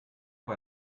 war